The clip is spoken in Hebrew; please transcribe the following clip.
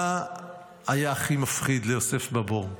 מה היה הכי מפחיד ליוסף בבור?